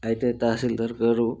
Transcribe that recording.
అయితే తహసిల్ధారు గారు